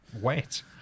Wet